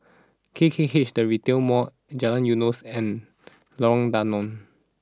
K K H The Retail Mall Jalan Eunos and Lorong Danau